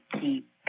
keep